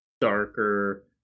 darker